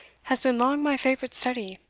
has been long my favourite study.